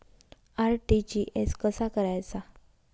RTGS कसा करायचा?